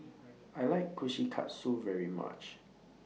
I like Kushikatsu very much